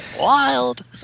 Wild